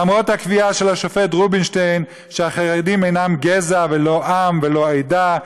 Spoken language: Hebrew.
למרות הקביעה של השופט רובינשטיין שהחרדים אינם גזע ולא עם ולא עדה,